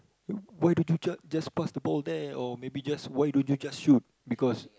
why don't you just just pass the ball there or maybe just why don't you just shoot because